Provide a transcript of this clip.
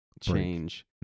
change